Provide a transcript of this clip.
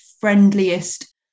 friendliest